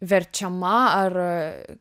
verčiama ar